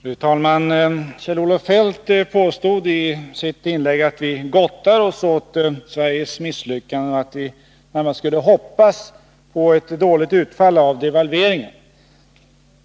Fru talman! Kjell-Olof Feldt påstod i sitt inlägg att vi gottar oss åt Sveriges misslyckanden och att vi närmast skulle hoppas på ett dåligt utfall av devalveringen.